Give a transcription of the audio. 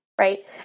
Right